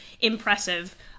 impressive